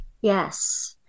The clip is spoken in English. Yes